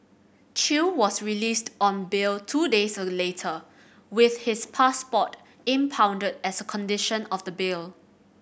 Chew was released on bail two days later with his passport impounded as a condition of the bail